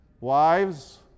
Wives